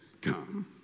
come